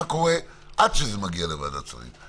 מה קורה עד שזה מגיע לוועדת שרים.